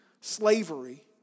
slavery